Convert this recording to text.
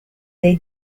dei